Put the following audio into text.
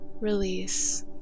release